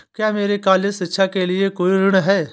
क्या मेरे कॉलेज शिक्षा के लिए कोई ऋण है?